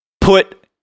put